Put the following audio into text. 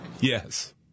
Yes